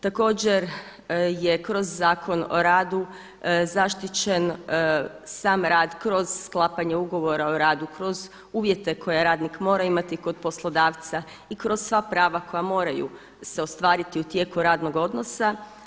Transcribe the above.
Također je kroz Zakon o radu zaštićen sam rad kroz sklapanje Ugovora o radu, kroz uvjete koje radnik mora imati kod poslodavca i kroz sva prava koja moraju se ostvariti u tijeku radnog odnosa.